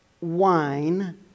wine